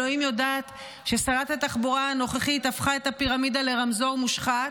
אלוהים יודעת ששרת התחבורה הנוכחית הפכה את הפירמידה לרמזור מושחת,